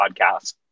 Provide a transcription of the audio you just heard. podcast